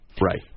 Right